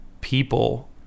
people